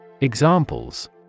Examples